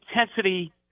intensity